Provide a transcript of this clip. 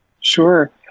Sure